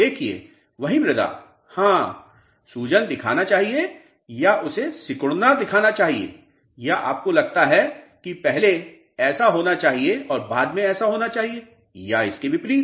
देखिए वही मृदा हां सूजन दिखाना चाहिए या उसे सिकुड़न दिखाना चाहिए या आपको लगता है कि पहले ऐसा होना चाहिए और बाद में ऐसा होना चाहिए या इसके विपरीत